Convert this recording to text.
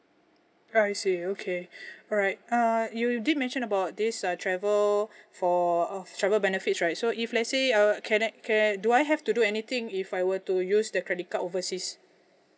I see okay alright uh you did mention about this uh travel for of travel benefits right so if let's say uh can I can I do I have to do anything if I were to use the credit card overseas